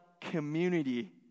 community